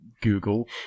Google